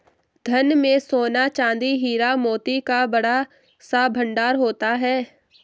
धन में सोना, चांदी, हीरा, मोती का बड़ा सा भंडार होता था